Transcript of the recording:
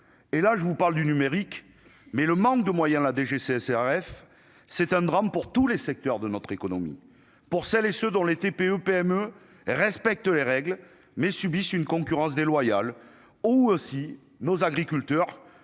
et là je vous parle du numérique, mais le manque de moyens, la DGCCRF, c'est un drame pour tous les secteurs de notre économie, pour celles et ceux dont les TPE-PME respectent les règles mais subissent une concurrence déloyale aussi nos agriculteurs